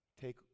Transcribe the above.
take